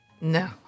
No